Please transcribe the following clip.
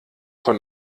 von